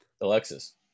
Alexis